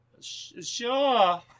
Sure